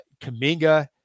Kaminga